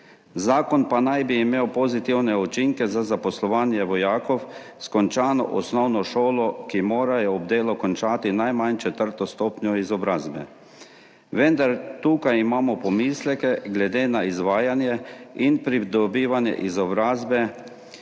Zakon pa naj bi imel pozitivne učinke za zaposlovanje vojakov s končano osnovno šolo, ki morajo ob delu končati najmanj četrto stopnjo izobrazbe. Vendar imamo tukaj pomisleke glede na izvajanje in pridobivanje izobrazbe